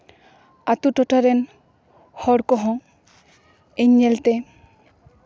ᱟᱛᱳ ᱴᱚᱴᱷᱟᱨᱮᱱ ᱦᱚᱲ ᱠᱚᱦᱚᱸ ᱤᱧ ᱧᱮᱞᱛᱮ